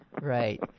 Right